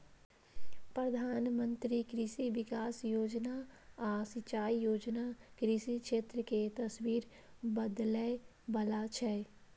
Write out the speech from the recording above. प्रधानमंत्री कृषि विकास योजना आ सिंचाई योजना कृषि क्षेत्र के तस्वीर बदलै बला छै